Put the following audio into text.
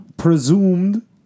Presumed